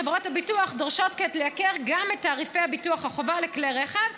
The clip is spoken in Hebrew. חברות הביטוח דורשות כעת לייקר גם את תעריפי ביטוח החובה לכלי רכב,